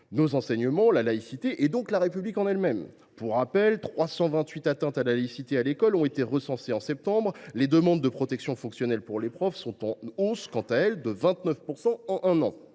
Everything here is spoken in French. nos enseignements, la laïcité et donc la République elle même. Pour rappel, 328 atteintes à la laïcité à l’école ont été recensées en septembre dernier et les demandes de protection fonctionnelle de professeurs ont progressé de 29 % en un an.